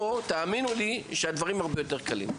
תאמינו לי שמפה הדברים הרבה יותר קלים.